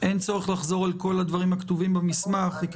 שהקשר עם המטופל צריך להיות קצר יותר, וכי